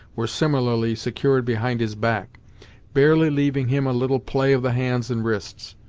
were similarly secured behind his back barely leaving him a little play of the hands and wrists.